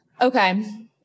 Okay